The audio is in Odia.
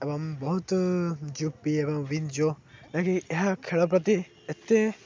ଏବଂ ବହୁତ ଯୁପି ଏବଂ ବିଞ୍ଜୋ ଯାକି ଏହା ଖେଳ ପ୍ରତି ଏତେ